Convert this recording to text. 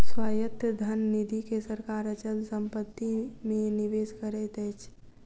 स्वायत्त धन निधि के सरकार अचल संपत्ति मे निवेश करैत अछि